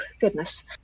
goodness